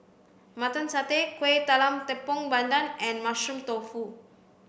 mutton satay kuih talam tepong pandan and mushroom tofu